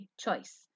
choice